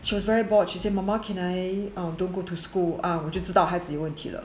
she was very bored she say mama can I err don't go to school um 我就知道孩子有问题了